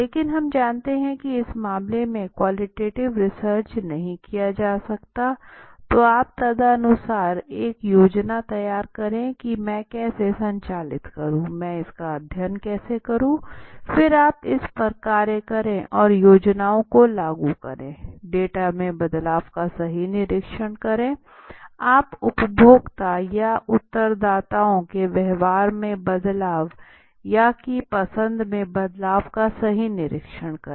लेकिन हम जानते हैं कि इस मामले में क्वांटिटेटिव रिसर्च नहीं किया जा सकता है तो आप तदनुसार एक योजना तैयार करें मैं इसे कैसे संचालित करूं मैं इसका अध्ययन कैसे करूं फिर आप इसपर कार्य करें और योजनाओं को लागू करें डेटा में बदलाव का सही निरीक्षण करें आप उपभोक्ता या उत्तरदाताओं के व्यवहार में बदलाव या की पसंद में बदलाव का सही निरीक्षण करें